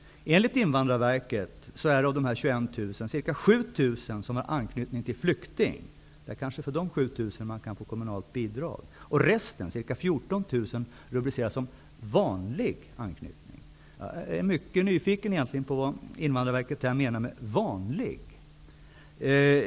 Enligt Invandrarverket är det ca 7 000 av dessa 21 000 som har anknytning till en flykting. Är det för dessa 7 000 som man kan få kommunalt bidrag? Resten av fallen -- ca 14 000 -- rubriceras som ''vanlig'' anknytning. Jag är mycket nyfiken på vad man på Invandrarverket menar med ''vanlig''.